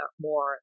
more